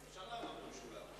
אפשר לענות במשולב.